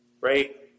right